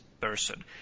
person